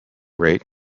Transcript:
rate